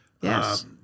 Yes